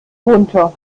runter